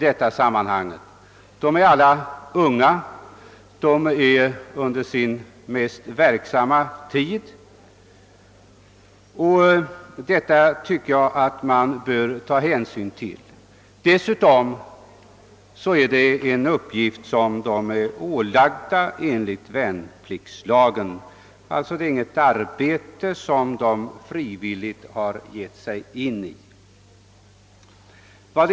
De är alla unga, de befinner sig i sin mest verksamma tid, och detta tycker jag man bör ta hänsyn till. Dessutom utför de en uppgift som de är ålagda enligt värnpliktslagen. Det är alltså inte fråga om ett arbete som de frivilligt har åtagit sig.